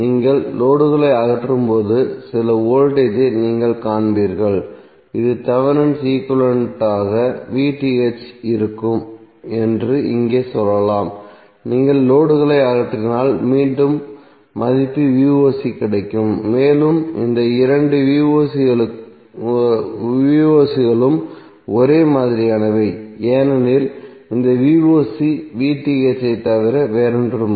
நீங்கள் லோடுகளை அகற்றும்போது சில வோல்டேஜ் ஐ நீங்கள் காண்பீர்கள் இது தேவெனின் ஈக்விவலெண்ட் ஆக இருக்கும் என்று இங்கே சொல்லலாம் நீங்கள் லோடுகளை அகற்றினால் மீண்டும் மதிப்பு கிடைக்கும் மேலும் இந்த இரண்டு களும் ஒரே மாதிரியானவை ஏனெனில் இந்த ஐத் தவிர வேறொன்றுமில்லை